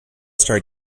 star